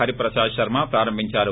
హరిప్రసాద్ శర్మ ప్రారంభించారు